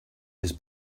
has